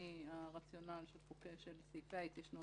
הרציונל של סעיפי ההתיישנות הוא